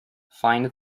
find